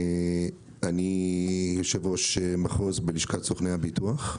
אני יושב-ראש מחוז בלשכת סוכני הביטוח.